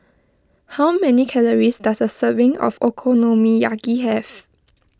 how many calories does a serving of Okonomiyaki have